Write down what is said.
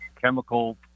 chemical